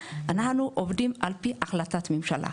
אנחנו עובדים לפי החלטת ממשלה,